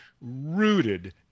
rooted